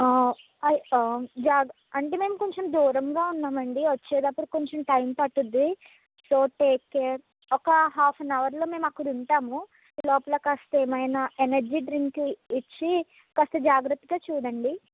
జాగ్ర అంటే మేం కొంచెం దూరంగా ఉన్నామండీ వచ్చేడప్పుడు కొంచెం టైం పడుతుంది సో టేకేర్ ఒక హాఫ్ ఆన్ అవర్లో మేము అక్కడ ఉంటాము ఈ లోపల కాస్త ఏమైనా ఎనర్జీ డ్రింక్ ఇచ్చి కాస్త జాగ్రత్తగా చూడండి